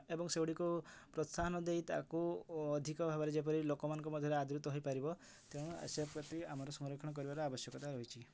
ଏବଂ ସେଗୁଡ଼ିକୁ ପ୍ରୋତ୍ସାହନ ଦେଇ ତାକୁ ଅଧିକ ଭାବରେ ଯେପରି ଲୋକମାନଙ୍କ ମଧ୍ୟରେ ଆଦୃତ ହୋଇ ପାରିବ ତେଣୁ ସେ ପ୍ରତି ଆମର ସଂରକ୍ଷଣ କରିବାର ଆବଶ୍ୟକତା ରହିଛି